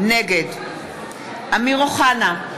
נגד אמיר אוחנה,